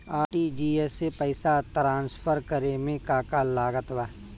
RTGS से पईसा transfer करे मे का का लागत बा?